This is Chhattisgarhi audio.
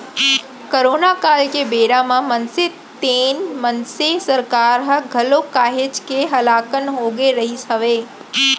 करोना काल के बेरा म मनसे तेन मनसे सरकार ह घलौ काहेच के हलाकान होगे रिहिस हवय